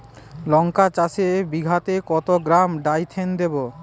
লঙ্কা চাষে বিঘাতে কত গ্রাম ডাইথেন দেবো?